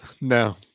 no